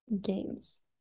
games